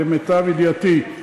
למיטב ידיעתי,